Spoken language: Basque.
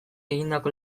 egindako